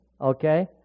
Okay